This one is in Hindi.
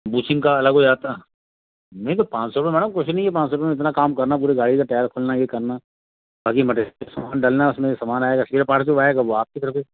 बुशिंग का अलग हो जाता है नहीं तो पान सौ रुपये मैडम कुछ नहीं है पान सौ रुपये में इतना काम करना पूरी गाड़ी का टायर खोलना यह करना बाकी सामान डलना है उसमें सामान आएगा स्पेयर पार्ट्स जो आएगा वह आपकी तरफ़ से